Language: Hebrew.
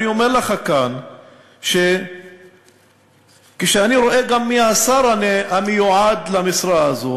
אני אומר לך כאן שכשאני רואה מי השר המיועד למשרה הזאת,